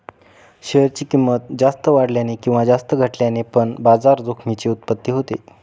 share ची किंमत जास्त वाढल्याने किंवा जास्त घटल्याने पण बाजार जोखमीची उत्पत्ती होते